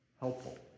Helpful